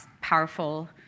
powerful